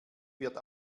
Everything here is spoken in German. wird